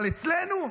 אבל אצלנו,